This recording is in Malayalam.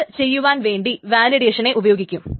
അതു ചെയ്യുവാൻ വേണ്ടി വാലിഡേഷനെ ഉപയോഗിക്കും